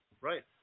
Right